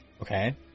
Okay